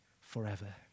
forever